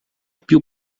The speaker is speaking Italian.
più